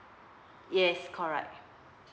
yes correct